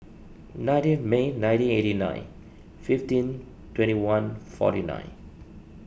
nineteenth May nineteen eighty nine fifteen twenty one forty nine